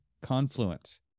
Confluence